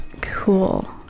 Cool